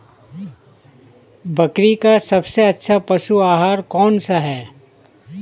बकरी का सबसे अच्छा पशु आहार कौन सा है?